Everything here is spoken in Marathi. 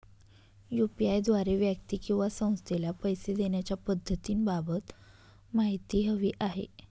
यू.पी.आय द्वारे व्यक्ती किंवा संस्थेला पैसे देण्याच्या पद्धतींबाबत माहिती हवी आहे